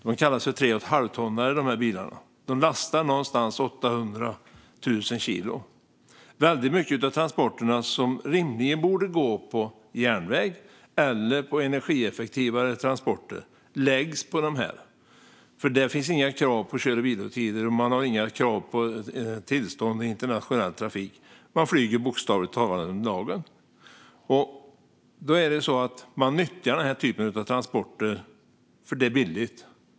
De kallas 3,5-tonnare, de här bilarna. De lastar någonstans mellan 800 och 1 000 kilo. Väldigt mycket av transporterna som rimligen borde gå på järnväg eller på energieffektivare transporter läggs på de här, för här finns det inga krav på kör och vilotider och inga krav på tillstånd för internationell trafik. Man flyger under lagens radar, och man nyttjar den här typen av transporter för att det är billigt.